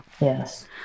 Yes